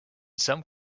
some